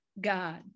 God